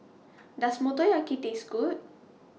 Does Motoyaki Taste Good